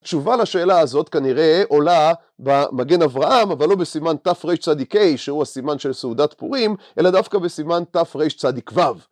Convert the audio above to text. התשובה לשאלה הזאת כנראה עולה במגן אברהם, אבל לא בסימן תרצה, שהוא הסימן של סעודת פורים, אלא דווקא בסימן תרצו